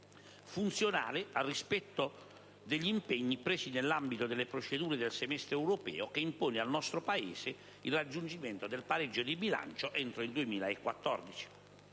funzionale al rispetto degli impegni presi nell'ambito delle procedure del Semestre europeo che impone al nostro Paese il raggiungimento del pareggio di bilancio entro il 2014.